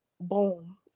boom